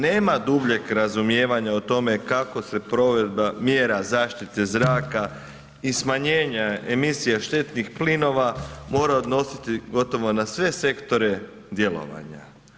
Nema dubljeg razumijevanja o tome kako se provedba mjera zaštite zraka i smanjenja emisije štetnih plinova mora odnositi gotovo na sve sektore djelovanja.